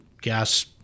gas